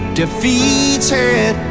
defeated